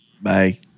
Bye